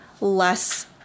less